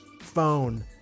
phone